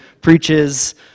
preaches